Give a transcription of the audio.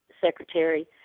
Secretary